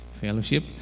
fellowship